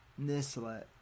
Nislet